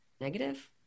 negative